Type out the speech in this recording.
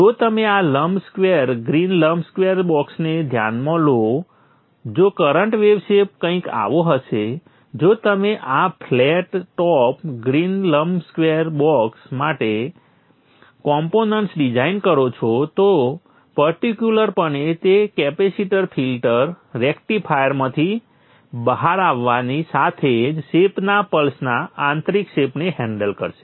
જો તમે આ લંબસ્ક્વેર ગ્રીન લંબસ્ક્વેર બોક્સને ધ્યાનમાં લો જો કરંટ વેવ શેપ કંઇક આવો હશે જો તમે આ ફ્લેટ ટોપ્ડ ગ્રીન લંબસ્ક્વેર બોક્સ માટે કોમ્પોનન્ટ્સ ડિઝાઇન કરો છો તો પર્ટિક્યુલર પણે તે કેપેસિટર ફિલ્ટર રેક્ટિફાયરમાંથી બહાર આવતાની સાથે જ શેપના પલ્સના આંતરિક શેપને હેન્ડલ કરશે